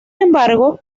embargo